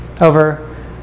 over